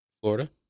Florida